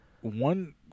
one